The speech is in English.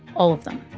all of them.